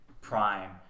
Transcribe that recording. prime